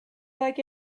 like